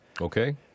Okay